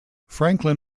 franklin